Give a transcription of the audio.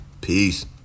Peace